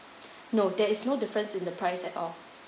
no there is no difference in the at all